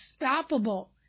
unstoppable